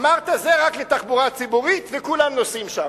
אמרת, זה רק לתחבורה ציבורית, וכולם נוסעים שם.